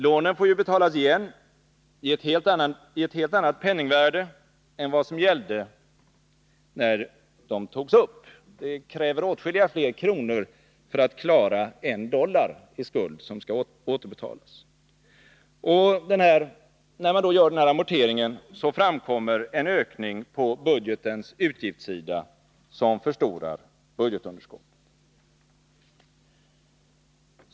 Lånen får ju betalas igen i ett helt annat penningvärde än vad som gällde när de togs upp. Det kräver åtskilligt fler kronor för att klara en dollar i skuld, som skall återbetalas. Och vid amortering framkommer en ökning på budgetens utgiftssida, som förstorar budgetunderskottet.